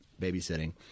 babysitting